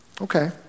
Okay